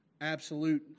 absolute